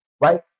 right